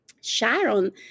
Sharon